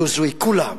"ניוזוויק" וכולם,